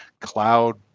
cloud